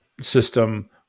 system